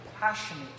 passionate